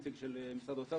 יש נציג של משרד האוצר,